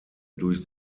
durch